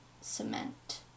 cement